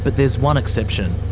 but there's one exception.